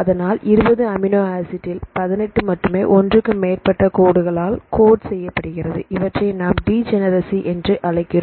அதனால் 20 amino acid ல் 18 மட்டுமே ஒன்றுக்கு மேற்பட்ட கோடுகளால் கோட் செய்யப்படுகிறது இவற்றை நாம் டிஜனரசி என்று அழைக்கிறோம்